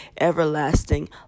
everlasting